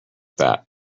that